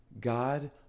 God